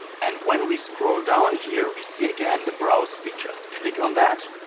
and when we scroll down, here we see again the browse features. click on that